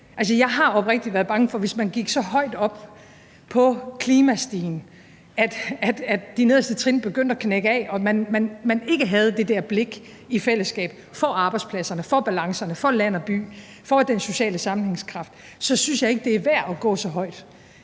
jeg har oprigtig været bange for, at man gik så højt op på klimastigen, at de nederste trin begyndte at knække af, og man ikke havde det der blik i fællesskab for arbejdspladserne, for balancerne, for land og by og for den sociale sammenhængskraft, for så synes jeg ikke, det er værd at gå så højt.